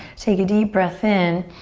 take a deep breath in.